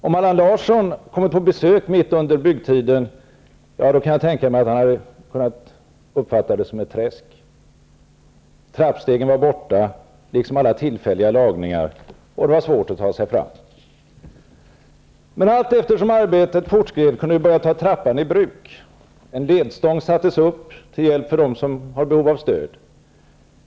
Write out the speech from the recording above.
Om Allan Larsson kommit på besök mitt under byggtiden, kan jag tänka mig att han skulle ha uppfatta det som ett träsk. Trappstegen var borta liksom alla tillfälliga lagningar, och det var svårt att ta sig fram. Men allteftersom arbetet fortskred kunde vi börja ta trappan i bruk. En ledstång sattes upp, till hjälp för dem som har behov av stöd.